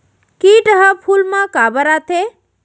किट ह फूल मा काबर आथे?